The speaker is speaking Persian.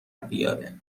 بیاره